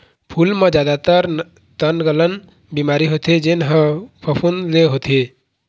फूल म जादातर तनगलन बिमारी होथे जेन ह फफूंद ले होथे